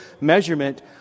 measurement